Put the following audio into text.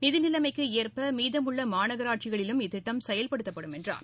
நிதிநிலைமைக்கு ஏற்ப மீதமுள்ள மாநகராட்சிகளிலும் இத்திட்டம் செயல்படுத்தப்படும் என்றார்